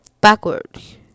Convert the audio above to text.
Backwards